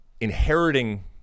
inheriting